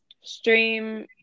Stream